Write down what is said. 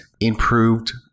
improved